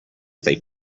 they